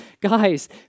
Guys